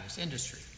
industry